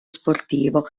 sportivo